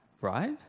Right